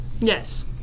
Yes